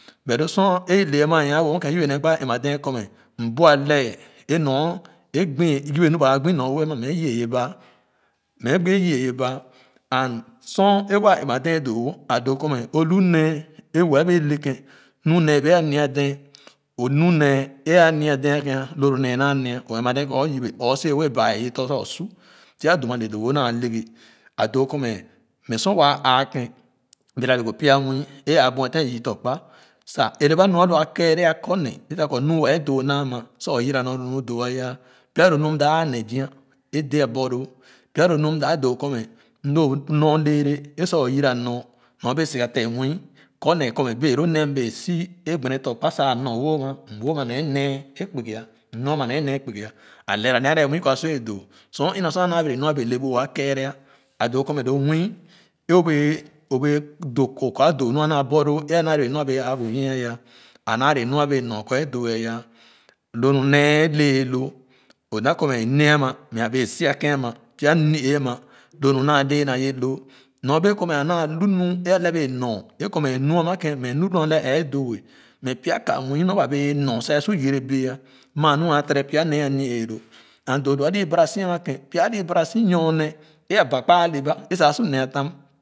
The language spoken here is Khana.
But lo sor e-ihr a nya wo ama ken yé be nee gbaa ɛn-ma dee kɔ mɛ m bu alɛɛ e-nor e-gbo yebe nor ba gbo mce gbo aa yii yeba and sor e-was ɛm-ma dee doo wo adoo ko mɛ o lu nee e-wɛɛ bee le ken nu nee bca nya dee o nunee e-aznya dee akah co lo nee na ne ah oɛn-ma dee kɔ o yibe or so wɛɛ baao ye tɔ sa o su pya dumva ce doowo naa le-gih a doo kɔ mɛ mɛ sor waa aakon bɛga doo nya nuni e-ua buceten yii tɔ kpa sa ɛrɛ ba nu alo a kɛɛrɛ a kɔ ne kɔ nu wɛɛ doo naa ma sa o yira nor lo nu doo a yah pya lo num da ne zia e-dee aborhoo pya hoo nu da doo ko mɛ lo nar lɛɛlɛ e sa o yira nyor nor ber soga te muii kɔ mce kɔ bee lo nee bee su dbane tɔ kpa sa nor wo ama mɛ no ama mce nee kpugi m nu ama nor nee kpugi a lɛɛra nee a le nuwui kɔa sobwɛɛ duo sor ina sor a naa bee le bu va kɛɛrɛ a doo kɔ mɛ lo nwii e-u bea obe duo kɔ a doo nu a naa borloo naa le nu a be aa bu nyie yah a naa le nu a bee nor kɔ doo aya lo mi nee lɛɛ loo o da kɔ mɛ nee ama mɛ abɛa su akai ama pya nuree ama lo nu a lɛɛ na ye loo nor bee ko mɛ a naa ihu mi e-ale bee nor e- ko me mia ma kan mɛ ihu nu ale ɛ-doo no mɛ pya ka nwoi nor ba bee nor sa wɛɛ du yɛra bas mas nu a tere pya nee anu-ee lo anf doo doi alu bara su aame ken pys alu bara so nyorne o aba kpa aa le ba sa su nas tam.